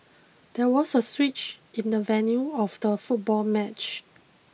there was a switch in the venue of the football match